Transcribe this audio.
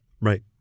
Right